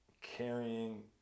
carrying